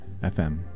fm